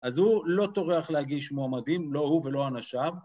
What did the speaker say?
אז הוא לא טורח להגיש מועמדים, לא הוא ולא אנשיו.